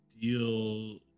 deal